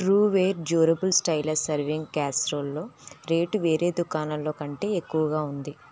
Trueware durable stylus serving క్యాస్రోల్లో rate వేరే దుకాణాల్లో కంటే ఎక్కువగా ఉంది